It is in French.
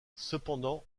cependant